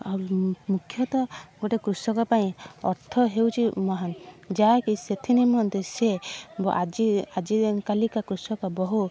ଆଉ ମୁଁ ମୁଖ୍ୟତଃ ଗୋଟିଏ କୃଷକ ପାଇଁ ଅର୍ଥ ହେଉଛି ମହାନ ଯାହାକି ସେଇଥି ନିମନ୍ତେ ସେ ବ ଆଜି ଆଜି କାଲିକା କୃଷକ ବହୁ